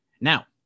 Now